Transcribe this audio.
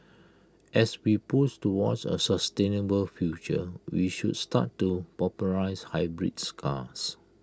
as we push towards A sustainable future we should start to popularise hybrids cars